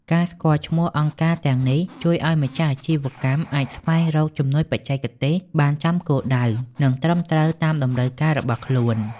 ការស្គាល់ឈ្មោះអង្គការទាំងនេះ ជួយឱ្យម្ចាស់អាជីវកម្មអាចស្វែងរក "ជំនួយបច្ចេកទេស" បានចំគោលដៅ និងត្រឹមត្រូវតាមតម្រូវការរបស់ខ្លួន។